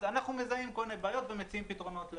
אנחנו מזהים כל מיני בעיות ומציעים להם פתרונות.